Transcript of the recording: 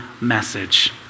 message